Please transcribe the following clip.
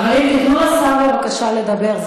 חברים, תנו לשר, בבקשה, לדבר.